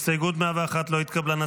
הסתייגות 101 לא התקבלה.